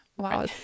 Wow